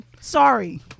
Sorry